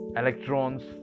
electrons